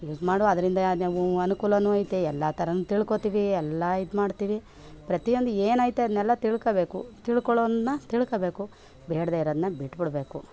use ಮಾಡೋ ಅದರಿಂದ ನಾವು ಅನೂಕೂಲವೂ ಐತೆ ಎಲ್ಲ ಥರವೂ ತಿಳ್ಕೊಳ್ತೀವಿ ಎಲ್ಲ ಇದು ಮಾಡ್ತೀವಿ ಪ್ರತಿಯೊಂದು ಏನು ಐತೆ ಅದನ್ನೆಲ್ಲ ತಿಳ್ಕೊಳ್ಬೇಕು ತಿಳ್ಕೊಳ್ಳೋದನ್ನ ತಿಳ್ಕೊಳ್ಬೇಕು ಬೇಡದೇ ಇರೋದನ್ನ ಬಿಟ್ಬಿಡಬೇಕು